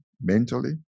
mentally